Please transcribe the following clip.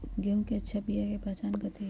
गेंहू के अच्छा बिया के पहचान कथि हई?